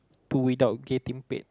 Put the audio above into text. to without getting paid